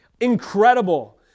Incredible